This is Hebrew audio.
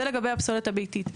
זה לגבי הפסולת הביתית.